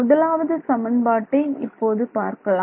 முதலாவது சமன்பாட்டை இப்போது பார்க்கலாம்